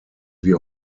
wie